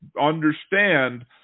understand